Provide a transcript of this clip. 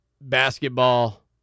basketball